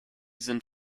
sind